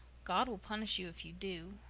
god will punish you if you do,